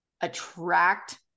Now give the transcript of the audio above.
attract